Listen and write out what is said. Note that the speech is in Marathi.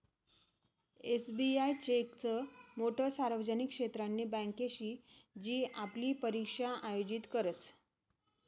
एस.बी.आय येकच मोठी सार्वजनिक क्षेत्रनी बँके शे जी आपली परीक्षा आयोजित करस